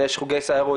ויש חוגי סיירות.